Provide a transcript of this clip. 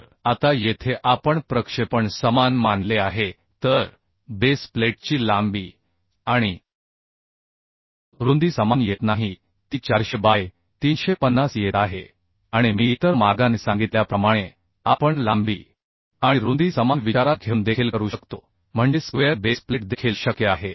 तर आता येथे आपण प्रक्षेपण समान मानले आहे तर बेस प्लेटची लांबी आणि रुंदी समान येत नाही ती 400 बाय 350 येत आहे आणि मी इतर मार्गाने सांगितल्याप्रमाणे आपण लांबी आणि रुंदी समान विचारात घेऊन देखील करू शकतो म्हणजे स्क्वेअर बेस प्लेट देखील शक्य आहे